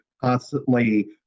constantly